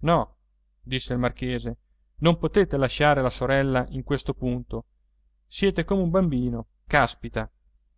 no disse il marchese non potete lasciare la sorella in questo punto siete come un bambino caspita